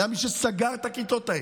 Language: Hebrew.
היה מי שסגר את הכיתות האלה,